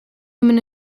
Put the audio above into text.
human